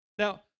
Now